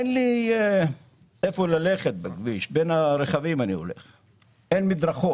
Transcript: כי אין לי אפשרות אחרת כי אין מדרכות.